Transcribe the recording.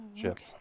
chips